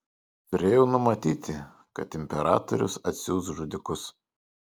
turėjau numatyti kad imperatorius atsiųs žudikus